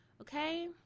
okay